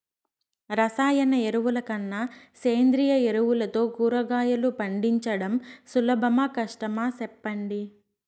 రసాయన ఎరువుల కన్నా సేంద్రియ ఎరువులతో కూరగాయలు పండించడం సులభమా కష్టమా సెప్పండి